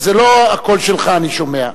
וזה לא הקול שלך שאני שומע,